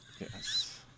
Yes